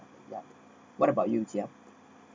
ya what about you chia